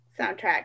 soundtrack